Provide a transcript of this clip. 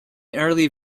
early